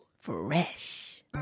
fresh